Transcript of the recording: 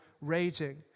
raging